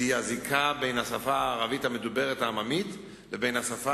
שהיא הזיקה בין השפה הערבית המדוברת העממית לבין השפה